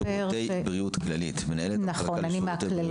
משירותי בריאות כללית, בבקשה.